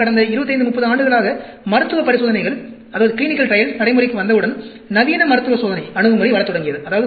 பின்னர் கடந்த 25 30 ஆண்டுகளாக மருத்துவ பரிசோதனைகள் நடைமுறைக்கு வந்தவுடன் நவீன மருத்துவ சோதனை அணுகுமுறை வரத் தொடங்கியது